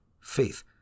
faith